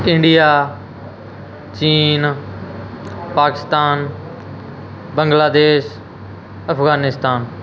India ਚੀਨ ਪਾਕਿਸਤਾਨ ਬੰਗਲਾਦੇਸ਼ ਅਫਗਾਨਿਸਤਾਨ